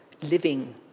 living